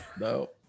No